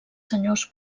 senyors